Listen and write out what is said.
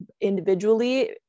individually